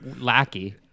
lackey